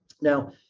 now